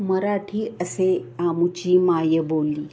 मराठी असे आमुची माय बोली